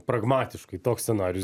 pragmatiškai toks scenarijus